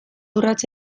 urrats